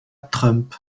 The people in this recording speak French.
trump